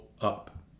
up